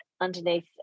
underneath